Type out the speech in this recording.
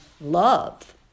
love